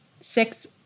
Six